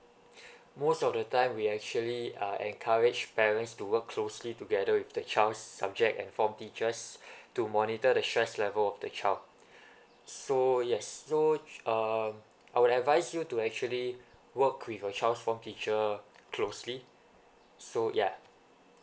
most of the time we actually uh encourage parents to work closely together with the child's subject and form teachers to monitor the stress level of the child so yes so sh~ um I would advise you to actually work with your child's form teacher closely so ya